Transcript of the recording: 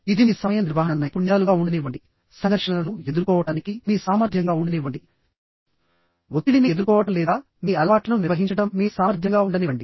ఇది మీ సమయ నిర్వహణ నైపుణ్యాలుగా ఉండనివ్వండి సంఘర్షణలను ఎదుర్కోవటానికి మీ సామర్థ్యంగా ఉండనివ్వండి ఒత్తిడిని ఎదుర్కోవడం లేదా మీ అలవాట్లను నిర్వహించడం మీ సామర్థ్యంగా ఉండనివ్వండి